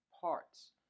parts